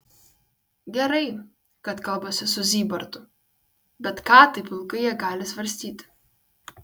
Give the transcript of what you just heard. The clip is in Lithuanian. gerai kad kalbasi su zybartu bet ką taip ilgai jie gali svarstyti